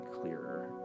clearer